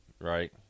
right